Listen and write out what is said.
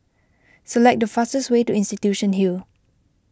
select the fastest way to Institution Hill